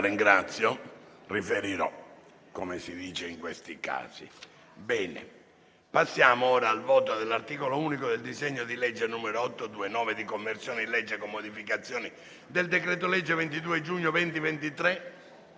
Borghi, riferirò, come si dice in questi casi.